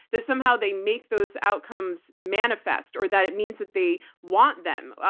that somehow they make those outcomes manifest or that it means that they want them.